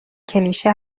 کلیشه